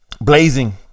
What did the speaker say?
Blazing